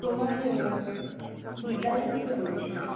তোমার বিদ্যালয় থেকে বলছিলাম